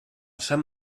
sant